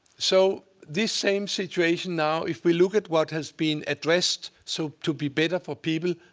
so this same situation now, if we look at what has been addressed so to be better for people,